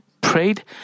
prayed